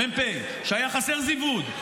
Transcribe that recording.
שהיה חסר זיווד,